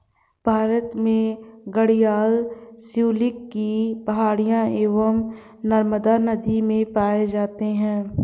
भारत में घड़ियाल शिवालिक की पहाड़ियां एवं नर्मदा नदी में पाए जाते हैं